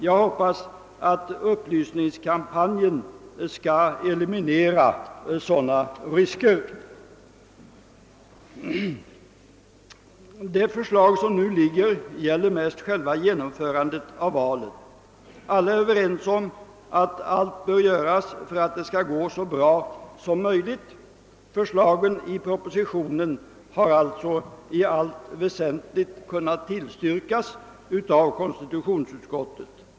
Jag hoppas att upplysningskampanjen skall eliminera sådana risker. Det förslag som är framlagt gäller mest själva genomförandet av valet. Alla är ense om att allt bör göras för att det skall gå så bra som möjligt. Förslagen i propositionen har alltså i allt väsentligt kunnat tillstyrkas av konstitutionsutskottet.